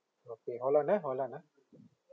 okay hold on ah hold on ah